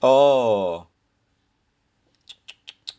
oh